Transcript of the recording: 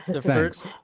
thanks